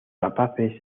rapaces